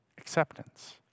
acceptance